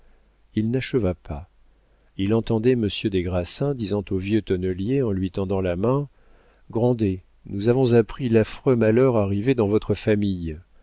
il n'acheva pas il entendait monsieur des grassins disant au vieux tonnelier en lui tendant la main grandet nous avons appris l'affreux malheur arrivé dans votre famille